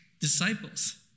disciples